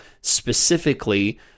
specifically